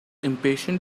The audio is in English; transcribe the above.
impatient